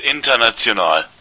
International